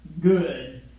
good